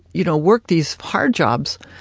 you know, work these hard jobs,